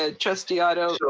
ah trustee otto.